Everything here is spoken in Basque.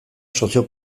sozio